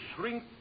shrink